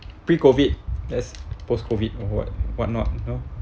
pre COVID that's post COVID of what what not you know